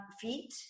feet